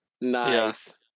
Nice